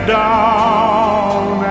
down